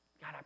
God